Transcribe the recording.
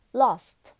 lost